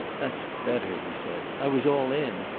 that's better, he said. i was all in.